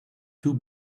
two